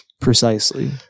Precisely